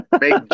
make